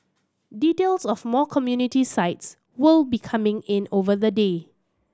details of more community sites will be coming in over the day